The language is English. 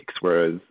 whereas